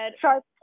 sharp